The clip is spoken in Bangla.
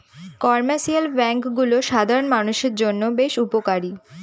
কমার্শিয়াল ব্যাঙ্কগুলো সাধারণ মানষের জন্য বেশ উপকারী